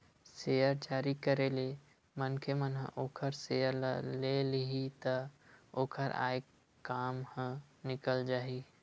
share जारी करे ले मनखे मन ह ओखर सेयर ल ले लिही त ओखर आय काम ह निकल जाही